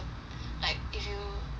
like if you go back and then you ch~